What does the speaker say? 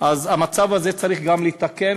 אז גם את המצב הזה צריך לתקן,